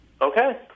Okay